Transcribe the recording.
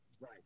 Right